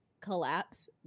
collapse